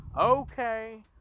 okay